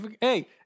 hey